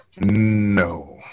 No